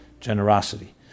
generosity